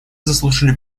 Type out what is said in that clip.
заслушали